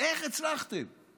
עוברים להצעות לסדר-היום